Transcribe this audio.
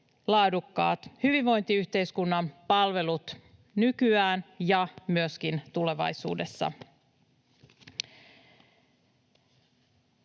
laadukkaat hyvinvointiyhteiskunnan palvelut nykyään ja myöskin tulevaisuudessa.